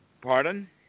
Pardon